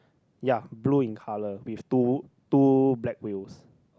ya blue in colour with two two black wheels